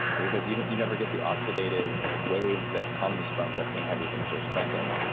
because you you never get the oxidative wave that comes from lifting heavy things, or sprinting,